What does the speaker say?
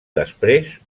després